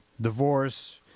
divorce